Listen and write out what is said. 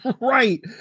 right